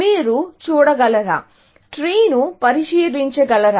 మీరు చూడగలరా ట్రీ ను పరిశీలించగలరా